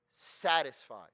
satisfied